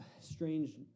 strange